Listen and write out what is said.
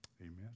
Amen